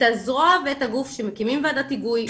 הזרוע ואת הגוף שמקימים וועדת היגוי,